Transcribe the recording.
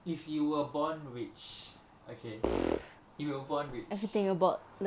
if you were born rich okay if you were born rich singapore